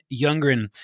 Youngren